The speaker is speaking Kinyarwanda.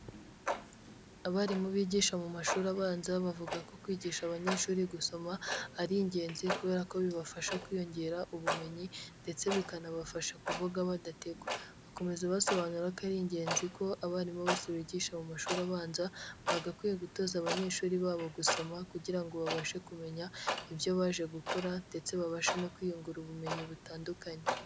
Abarimu bigisha mu mashuri abanza, bavuga ko kwigisha abanyeshuri gusoma ari ingenzi kubera ko bibafasha kwiyongera ubumenyi ndetse bikanabafasha kuvuga badategwa. Bakomeza basobanura ko ari ingenzi ko abarimu bose bigisha mu mashuri abanza, bagakwiye gutoza abanyeshuri babo gusoma kugira ngo babashe kumenya ibyo baje gukora ndetse babashe no kwiyungura ubumenyi butandukanye.